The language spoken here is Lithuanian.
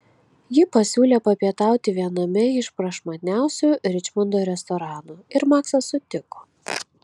ji pasiūlė papietauti viename iš prašmatniausių ričmondo restoranų ir maksas sutiko